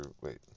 Wait